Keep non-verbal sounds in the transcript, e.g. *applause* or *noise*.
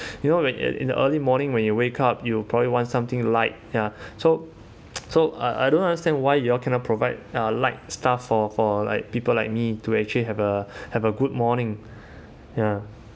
you know when it in the early morning when you wake up you probably want something light ya so *noise* so I I don't understand why you all cannot provide uh light stuff for for like people like me to actually have a have a good morning ya